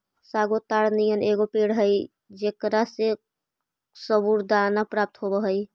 sago ताड़ नियन एगो पेड़ हई जेकरा से सबूरदाना प्राप्त होब हई